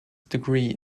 degree